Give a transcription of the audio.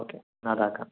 okay Aadhaar card